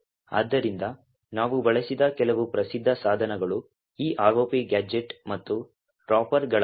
ಆದ್ದರಿಂದ ನಾವು ಬಳಸಿದ ಕೆಲವು ಪ್ರಸಿದ್ಧ ಸಾಧನಗಳು ಈ ROP ಗ್ಯಾಜೆಟ್ ಮತ್ತು ರಾಪರ್ ಗಳಾಗಿವೆ